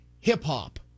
hip-hop